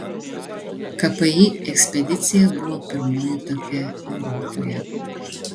kpi ekspedicija buvo pirmoji tokia europoje